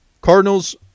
Cardinals